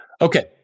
Okay